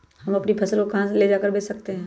हम अपनी फसल को कहां ले जाकर बेच सकते हैं?